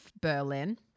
Berlin